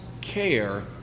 care